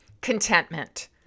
Contentment